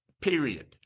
Period